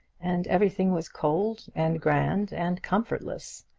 and everything was cold and grand and comfortless.